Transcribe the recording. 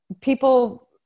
people